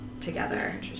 together